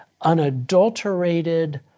unadulterated